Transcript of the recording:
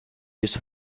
used